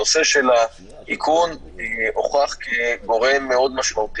הנושא של האיכון הוכח כגורם מאוד משמעותי.